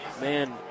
Man